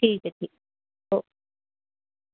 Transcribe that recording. ਠੀਕ ਹੈ ਜੀ ਓਕ